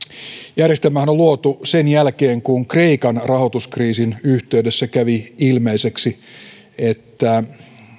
järjestelmähän on luotu sen jälkeen kun kreikan rahoituskriisin yhteydessä kävi ilmeiseksi että